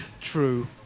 True